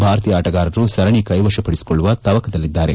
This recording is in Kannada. ಭಾರತೀಯ ಆಟಗಾರರು ಸರಣಿ ಕೈವಶಪಡಿಸಿಕೊಳ್ಳುವ ತವಕದಲ್ಲಿದ್ದಾರೆ